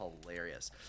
hilarious